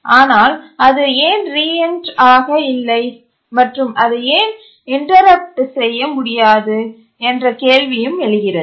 ஆனால் அது ஏன் ரீஎன்ட்ரென்ட் ஆக இல்லை மற்றும் அதை ஏன் இன்டரப்டு செய்ய முடியாது என்ற கேள்வியும் எழுகிறது